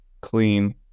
clean